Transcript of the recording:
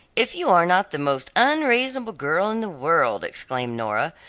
if you are not the most unreasonable girl in the world, exclaimed nora,